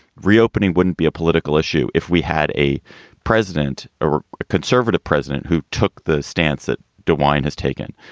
reopening wouldn't be a political issue if we had a president or a conservative president who took the stance that dewine has taken.